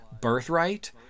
Birthright